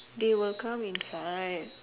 they will come inside